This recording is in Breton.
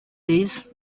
deiz